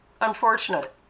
unfortunate